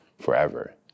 forever